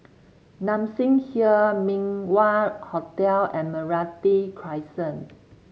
Nassim Hill Min Wah Hotel and Meranti Crescent